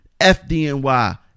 FDNY